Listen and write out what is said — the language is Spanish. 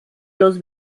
los